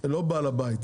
מבחינתי אתה לא בעל הבית,